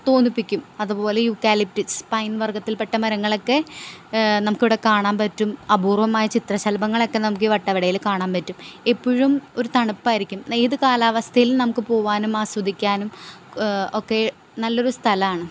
തോന്നിപ്പിക്കും അത് പോലെ eucalyptus pine വർഗത്തിൽപെട്ട മരങ്ങളൊക്കെ നമുക്ക് ഇവിടെ കാണാൻ പറ്റും അപൂർവ്വമായ ചിത്രശലഭങ്ങളൊക്കെ നമുക്ക് ഈ വട്ടവടയിൽ കാണാൻ പറ്റും എപ്പോഴും ഒരു തണുപ്പായിരിക്കും ഏത് കാലാവസ്ഥയിലും നമുക്ക് പോകാനും ആസ്വദിക്കാനും ഒക്കെ നല്ല ഒരു സ്ഥലമാണ്